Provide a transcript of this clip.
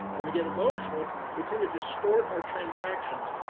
when we get emotional, we tend to distort our transactions.